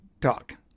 talk